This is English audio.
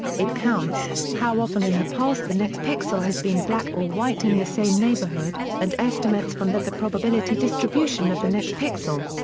it counts, how often in the past the next pixel has been black or white in the same neighborhood, and estimates from that the probability distribution of the next pixel.